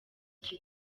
iki